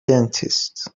dentist